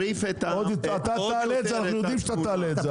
אתה תעלה את זה, אנחנו יודעים שאתה תעלה את זה.